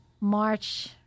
March